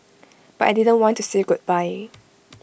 but I didn't want to say goodbye